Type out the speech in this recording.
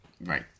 Right